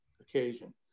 occasion